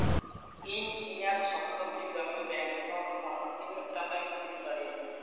ᱤᱧ ᱤᱧᱟᱹᱜ Saptagiri Gramin bank account ᱠᱷᱚᱱ ᱛᱤᱱᱟᱹᱜ ᱴᱟᱠᱟᱧ ᱛᱩᱞᱟᱹᱣ ᱫᱟᱲᱮᱭᱟᱜᱼᱟ